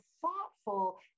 thoughtful